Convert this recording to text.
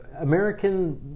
American